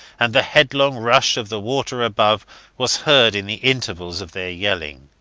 and the headlong rush of the water above was heard in the intervals of their yelling.